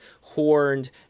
horned